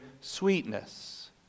sweetness